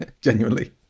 Genuinely